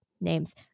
names